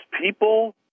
people